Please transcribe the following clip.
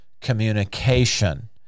communication